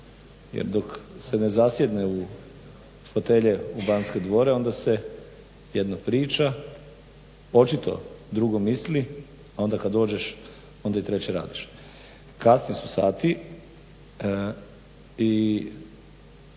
jer dok se ne zasjedne u fotelje u Banske dvore onda se jedno priča, očito drugo misli, a onda kad dođeš onda i treće radiš. Kasni su sati i